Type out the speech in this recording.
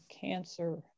cancer